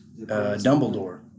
Dumbledore